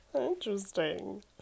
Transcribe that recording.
Interesting